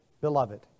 beloved